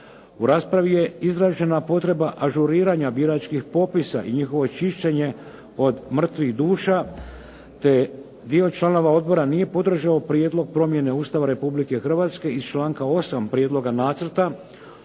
U raspravi je izražena potreba ažuriranja biračkih popisa i njihovo čišćenje od mrtvih duša, te dio članova odbora nije podržao Prijedlog promjene Ustava Republike Hrvatske iz članka 8. prijedloga nacrta